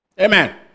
Amen